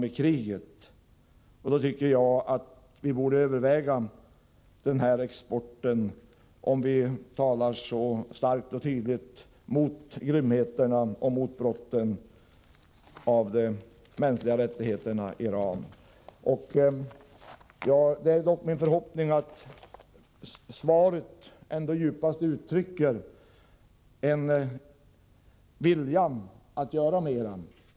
Vi borde därför överväga att upphöra med denna export, om vi nu talar så starkt och tydligt mot grymheterna och brotten mot de mänskliga rättigheterna i Iran. Det är min förhoppning att svaret djupast ändå uttrycker en vilja att göra mera.